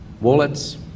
Wallets